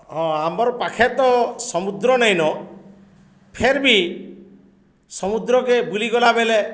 ହଁ ଆମର୍ ପାଖେ ତ ସମୁଦ୍ର ନେଇନ ଫେର୍ ବି ସମୁଦ୍ରକେ ବୁଲି ଗଲାବେଲେ